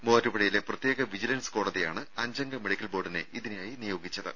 മൂവ്വാറ്റുപുഴയിലെ പ്രത്യേക വിജിലൻസ് കോടതിയാണ് അഞ്ചംഗ മെഡിക്കൽ ബോർഡിനെ ഇതിനായി നിയോഗിച്ചത്